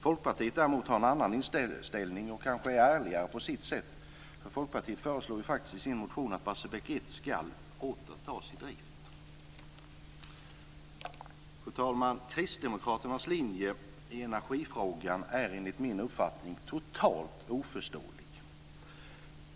Folkpartiet har däremot en annan inställning och kanske är ärligare på sitt sätt, för Folkpartiet föreslår faktiskt i sin motion att Barsebäck 1 åter ska tas i drift. Fru talman! Kristdemokraternas linje i energifrågan är enligt min uppfattning totalt oförståelig.